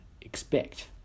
expect